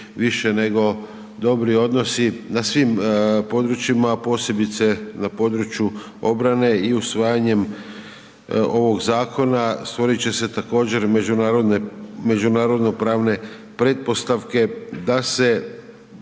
više nego dobri odnosi, na svim područjima a posebice na području obrane i usvajanjem ovog zakona, stvoriti će se također međunarodno pravne pretpostavke da se